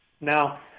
now